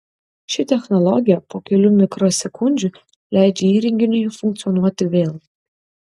ši technologija po kelių mikrosekundžių leidžia įrenginiui funkcionuoti vėl